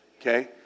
Okay